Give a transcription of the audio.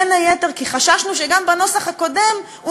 בין היתר כי חששנו שגם הנוסח הקודם הוא